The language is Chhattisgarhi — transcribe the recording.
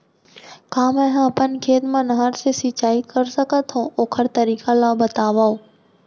का मै ह अपन खेत मा नहर से सिंचाई कर सकथो, ओखर तरीका ला बतावव?